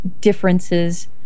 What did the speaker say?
differences